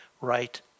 right